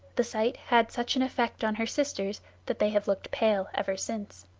the sight had such an effect on her sisters that they have looked pale ever since.